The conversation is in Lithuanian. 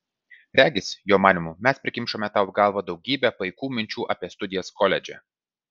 regis jo manymu mes prikimšome tau į galvą daugybę paikų minčių apie studijas koledže